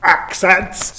accents